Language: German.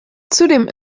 zudem